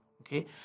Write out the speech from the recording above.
okay